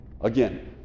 Again